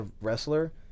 wrestler –